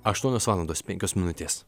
aštuonios valandos penkios minutės